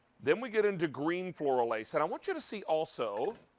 then we get into green floral lace. and i want you to see also,